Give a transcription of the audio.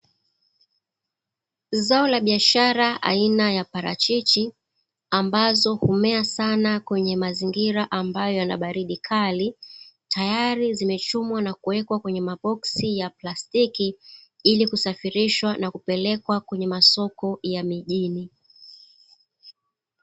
Zao la biashara aina ya parachichi, ambazo humea sana kwenye mazingira ambayo yanabaridi kali. Tayari zimechumwa na kuwekwa kwenye maboksi ya plastiki ili kusafirishwa na kupelekwa kwenye masoko ya mijini.